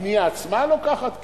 הבנייה עצמה לוקחת זמן.